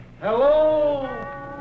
Hello